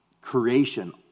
creation